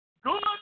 good